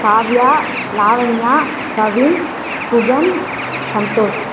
Kavya Lavanya Kavin Guhan Santhosh